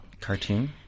cartoon